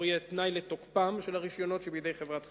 יהיה תנאי לתוקפם של הרשיונות שבידי חברת החשמל.